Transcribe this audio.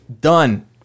done